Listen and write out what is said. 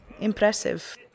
impressive